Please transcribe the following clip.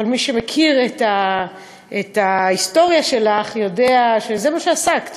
אבל מי שמכיר את ההיסטוריה שלך יודע שבזה עסקת,